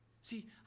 See